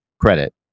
credit